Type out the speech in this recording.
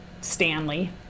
Stanley